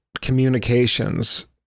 communications